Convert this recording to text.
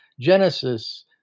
Genesis